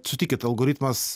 sutikit algoritmas